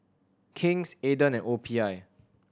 King's Aden and O P I